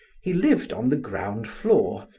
he lived on the ground floor,